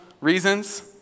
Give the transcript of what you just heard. reasons